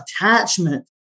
attachment